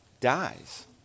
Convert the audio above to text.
dies